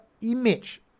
image